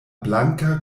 blanka